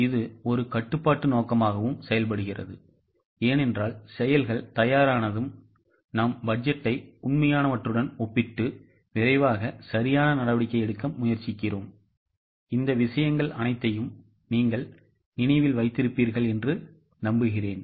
இது ஒரு கட்டுப்பாட்டு நோக்கமாகவும் செயல்படுகிறது ஏனென்றால் செயல்கள் தயாரானதும் நாம் பட்ஜெட்டை உண்மையானவற்றுடன் ஒப்பிட்டு விரைவாக சரியான நடவடிக்கை எடுக்க முயற்சிக்கிறோம் இந்தவிஷயங்கள்அனைத்தையும் நீங்கள் நினைவில் வைத்திருப்பீர்கள் என்று நம்புகிறேன்